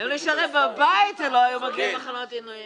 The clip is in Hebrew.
היו נשארים בבית ולא היו מגיעים למחנות עינויים.